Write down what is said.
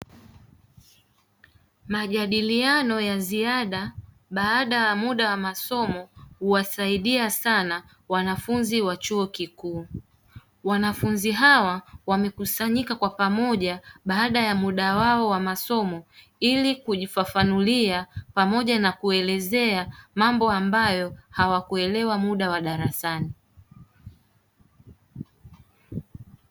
Majadiliano ya ziada baada ya muda wa masomo huwasaidia sana wanafunzi wa chuo kikuu, wanafunzi hawa wamekusanyika kwa pamoja baada ya muda wao wa masomo ili kujifafanulia pamoja na kuelezea mambo ambayo hawakuelewa muda wa darasani.